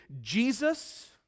Jesus